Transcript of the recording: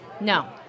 No